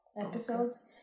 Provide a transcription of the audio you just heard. episodes